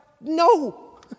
no